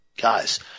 Guys